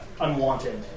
unwanted